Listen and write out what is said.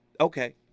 Okay